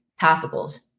topicals